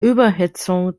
überhitzung